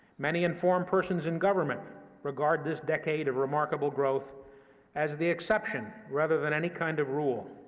many informed persons in government regard this decade of remarkable growth as the exception, rather than any kind of rule,